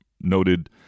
noted